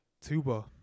Tuba